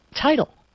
title